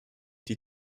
die